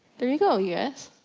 there you go you guys.